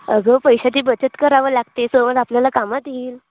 अगं पैशाची बचत करावं लागते सवत आपल्याला कामात येईल